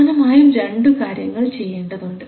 പ്രധാനമായും രണ്ടു കാര്യങ്ങൾ ചെയ്യേണ്ടത് ഉണ്ട്